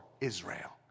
Israel